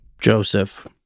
Joseph